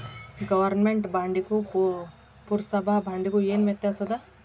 government ಬಾಂಡಿಗೂ ಪುರ್ಸಭಾ ಬಾಂಡಿಗು ಏನ್ ವ್ಯತ್ಯಾಸದ